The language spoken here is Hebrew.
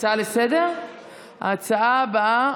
הצעה הבאה,